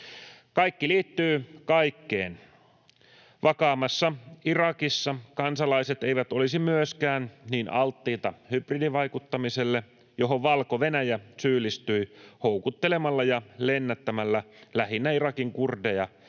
Kaikki liittyy kaikkeen. Vakaammassa Irakissa kansalaiset eivät olisi myöskään niin alttiita hybridivaikuttamiselle, johon Valko-Venäjä syyllistyi houkuttelemalla ja lennättämällä lähinnä Irakin kurdeja